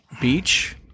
beach